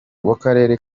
w’akarere